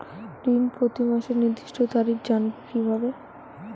ঋণ প্রতিমাসের নির্দিষ্ট তারিখ জানবো কিভাবে?